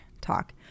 talk